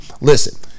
Listen